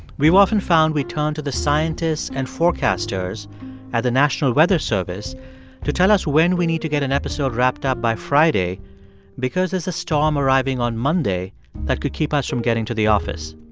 we've often found we turn to the scientists and forecasters at the national weather service to tell us when we need to get an episode wrapped up by friday because there's a storm arriving on monday that could keep us from getting to the office.